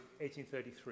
1833